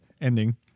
ending